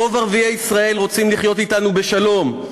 רוב ערביי ישראל רוצים לחיות אתנו בשלום,